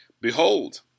Behold